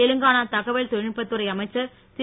தெலுங்கானா தகவல் தொ ழில் நுட்ப துறை அமைச்சிர் தி ரு